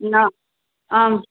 न आम्